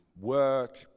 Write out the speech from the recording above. work